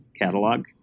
catalog